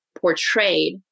portrayed